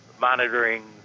monitoring